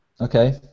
Okay